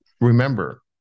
Remember